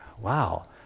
Wow